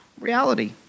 reality